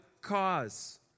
cause